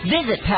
Visit